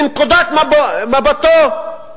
מנקודת מבטו,